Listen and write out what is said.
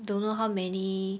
don't know how many